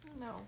No